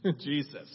Jesus